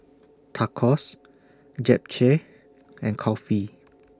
Tacos Japchae and Kulfi